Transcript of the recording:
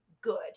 good